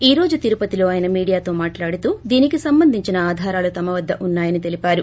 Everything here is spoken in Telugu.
ఈరోజు తిరుపతిలో ఆయన మీడియాతో మాట్లాడుతూ దీనికి సంబంధించిన ఆధారాలు తమ వద్గ ఉన్నాయని తెలిపారు